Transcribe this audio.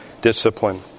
discipline